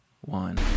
one